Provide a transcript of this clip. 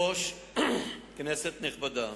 ביום כ"ו באייר תשס"ט (20 במאי 2009):